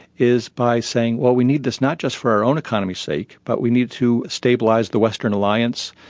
is by saying, well, we need this not just for our own economy's sake but we need to stabilise the western alliance,